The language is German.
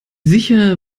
sicher